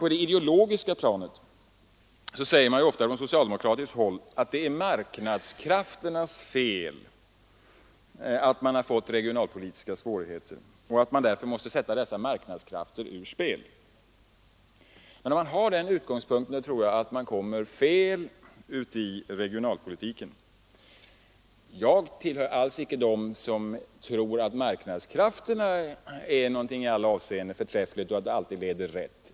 På det ideologiska planet sägs ofta från socialdemokratiskt håll att det är marknadskrafternas fel att man fått regionalpolitiska svårigheter och att därför dessa marknadskrafter måste sättas ur spel. Men jag tror att man med den utgångspunkten kommer fel i regionalpolitiken. Jag tillhör inte alls dem som tror att marknadskrafterna är någonting i alla avseenden förträffligt och att de alltid leder rätt.